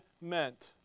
meant